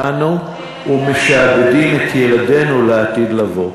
משעבדים אותנו ומשעבדים את ילדינו לעתיד לבוא.